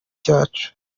cyacu